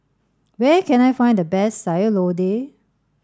where can I find the best Sayur Lodeh